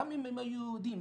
גם אם הם היו יהודים,